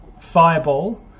fireball